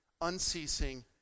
unceasing